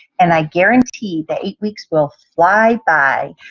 and i guarantee the eight weeks will fly by.